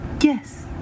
Yes